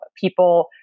people